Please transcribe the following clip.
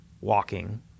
walking